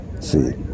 See